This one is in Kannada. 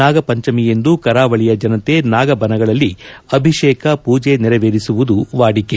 ನಾಗ ಪಂಚಮಿಯಂದು ಕರಾವಳಿಯ ಜನತೆ ನಾಗ ಬನಗಳಲ್ಲಿ ಅಭಿಷೇಕ ಪೂಜೆ ನೆರವೇರಿಸುವುದು ವಾಡಿಕೆ